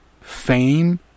fame